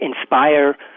inspire